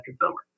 consumer